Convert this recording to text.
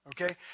okay